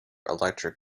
electric